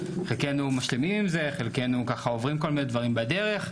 וחלקנו משלימים עם זה וחלקנו ככה עוברים כל מיני דברים בדרך,